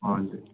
हजुर